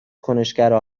کنشگرها